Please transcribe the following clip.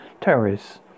terrorists